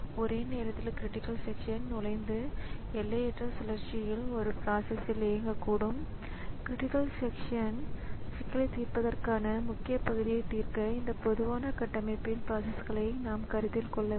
எனவே இது ஒரு டிஸ்க் ரைட் அல்லது அச்சுப்பொறியில் ரைட் செய்யப்பட்டதா அல்லது மானிட்டரில் ரைட் செய்யப்பட்டதா என்பது பாராமல் ஸிபியு அதனுடன் தொடர்புடைய கட்டுப்பாட்டுக்கு ஒத்த வகை கட்டளையை வெளியிடுகிறது